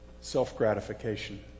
self-gratification